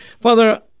Father